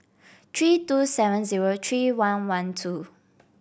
three two seven zero three one one two